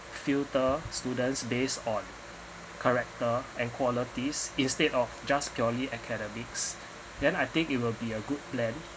filter students based on character and qualities instead of just purely academics then I think it will be a good plan